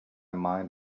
mind